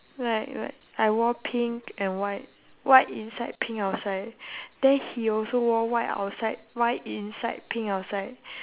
like like I wore pink and white white inside pink outside then he also wore white outside white inside pink outside